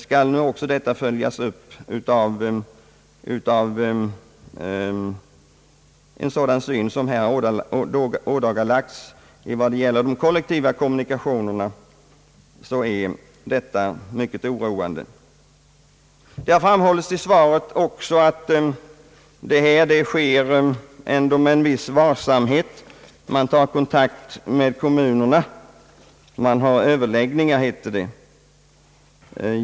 Skall nu också detta följas upp av en sådan syn som här ådagalagts i vad gäller de kollektiva kommunikationerna, är det mycket oroande. Det har också framhållits i svaret att nedläggningarna ändå sker med en viss varsamhet. Man tar kontakt med kommunerna. Man har överläggningar heter det.